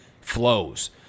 flows